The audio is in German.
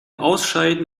ausscheiden